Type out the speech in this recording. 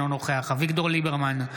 אינו נוכח אביגדור ליברמן,